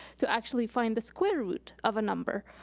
to actually find the square root of a number,